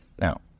Now